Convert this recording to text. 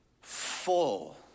full